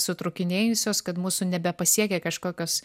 sutrūkinėjusios kad mūsų nebepasiekia kažkokios